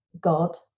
God